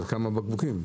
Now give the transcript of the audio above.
אבל כמה בקבוקים?